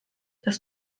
dass